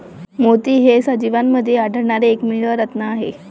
मोती हे सजीवांमध्ये आढळणारे एकमेव रत्न आहेत